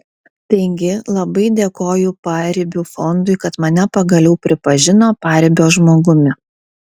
taigi labai dėkoju paribių fondui kad mane pagaliau pripažino paribio žmogumi